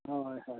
ᱦᱳᱭ ᱦᱳᱭ